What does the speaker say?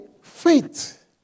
faith